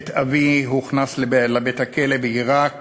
אבי הוכנס לבית-הכלא בעיראק